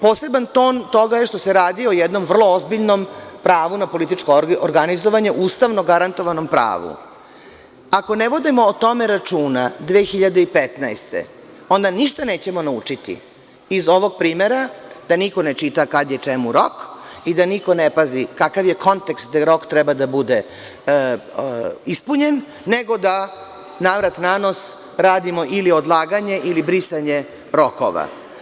Poseban ton toga je što se radi o jednom vrlo ozbiljnom pravu na političko organizovanje, ustavom garantovanom pravu, ako ne vodimo o tome računa, 2015. godine ništa nećemo naučiti iz ovog primera, da niko ne čita kada je čemu rok i da niko ne pazi kakav je kontekst da rok treba da bude ispunjen, nego da na vrat na nos radimo ili odlaganje ili brisanje rokova.